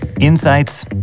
Insights